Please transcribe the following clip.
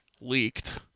Leaked